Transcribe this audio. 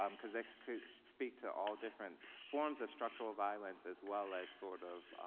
um cause this could speak to all different forms of structural violence as well as sort of